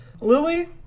Lily